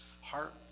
heart